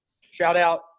shout-out